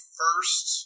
first